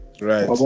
Right